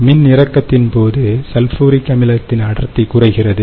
மின்னிறக்கத்தின் போது சல்பூரிக் அமிலத்தின் அடர்த்தி குறைகிறது